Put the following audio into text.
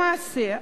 למעשה,